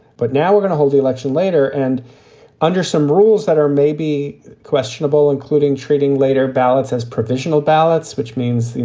but now we're gonna hold the election later and under some rules that are maybe questionable, including treating later ballots as provisional ballots, which means, you